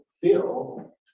feel